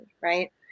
right